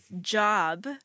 job